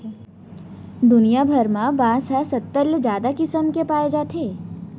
दुनिया भर म बांस ह सत्तर ले जादा किसम के पाए जाथे